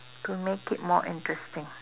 to make it more interesting